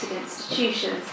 institutions